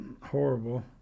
horrible